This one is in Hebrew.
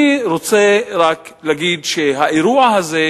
אני רק רוצה להגיד שהאירוע הזה,